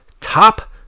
top